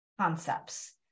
concepts